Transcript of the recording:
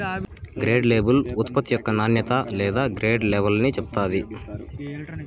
grade label ఉత్పత్తి యొక్క నాణ్యత లేదా గ్రేడ్ లెవల్ని చెప్తాది